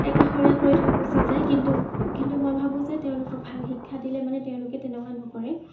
একাশৰীয়া কৰি থৈ গুচি যায় কিন্তু কিন্তু মই ভাবোঁ যে তেওঁলোকক ভাল শিক্ষা দিলে মানে তেওঁলোকে তেনেকুৱা নকৰে